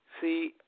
See